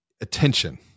attention